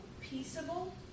peaceable